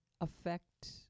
affect